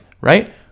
right